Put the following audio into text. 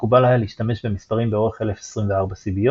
מקובל היה להשתמש במספרים באורך 1024 סיביות.